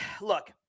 look